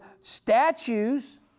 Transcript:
statues